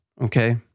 okay